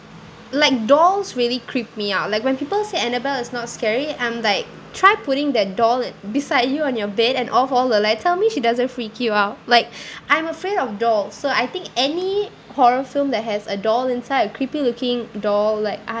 like dolls really creep me out like when people say annabelle is not scary I'm like try putting the doll at beside you on your bed and off all the lights tell me she doesn't freak you out like I'm afraid of dolls so I think any horror film that has a doll inside creepy looking doll like